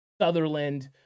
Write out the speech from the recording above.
Sutherland